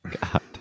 God